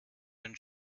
ihren